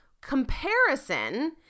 comparison